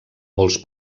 molts